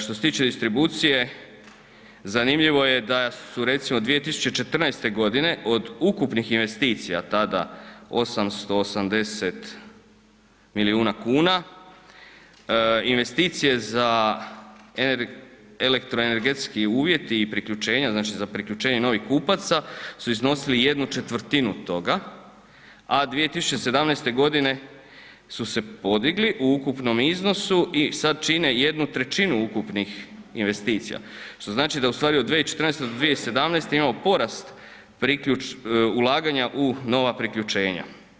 Što se tiče distribucije, zanimljivo je da su, recimo, 2014. godine od ukupnih investicija, tada 880 milijuna kuna, investicije za elektroenergetski uvjet i priključenja, znači za priključenje novih kupaca su iznosili 1 četvrtinu toga, a 2017. godine su se podigli u ukupnom iznosu i sad čine jednu trećinu ukupnih investicija, što znači da ustvari od 2014. do 2017. imamo porast ulaganja u nova priključenja.